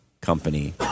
company